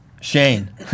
Shane